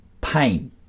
pain